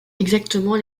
exactement